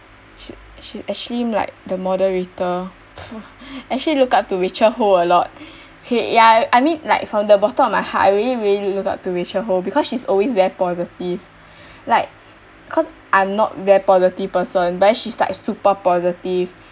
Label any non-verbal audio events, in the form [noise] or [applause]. she she's actually like the moderator [noise] actually look up to rachel ho a lot ya I mean like from my bottom of my heart I really really look up to rachel ho because she's always very positive like cause I'm not very positive person but then she's like super positive